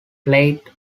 played